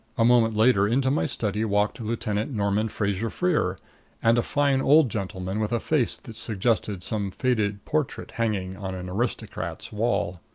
a moment later into my study walked lieutenant norman fraser-freer and a fine old gentleman with a face that suggested some faded portrait hanging on an aristocrat's wall.